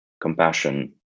compassion